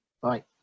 Bye